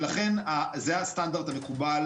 ולכן זה הסטנדרט המקובל,